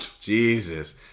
Jesus